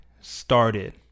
started